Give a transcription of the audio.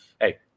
Hey